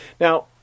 Now